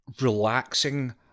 relaxing